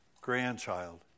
grandchild